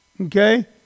okay